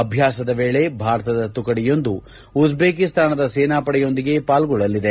ಅಭ್ಯಾಸದ ವೇಳಿ ಭಾರತದ ತುಕಡಿಯೊಂದು ಉಜ್ಬೇಕಿಸ್ತಾನದ ಸೇನಾಪಡೆಯೊಂದಿಗೆ ಪಾಲ್ಗೊಳ್ಳಲಿದೆ